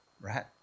right